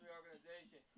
organization